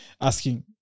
asking